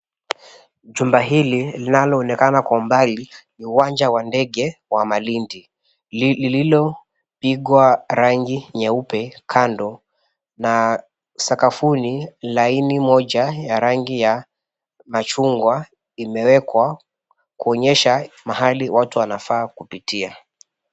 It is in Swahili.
Jumba hili linalioonekana kwa umbali ni uwanja wa ndege wa Malindi lililopigwa rangi nyeupe kando na sakafuni laini moja ya rangi ya machungwa imewekwa kuonyesha mahali watu wanafaa kupitia.